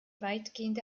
weitgehende